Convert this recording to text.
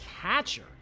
Catcher